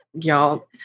y'all